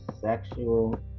sexual